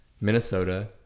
Minnesota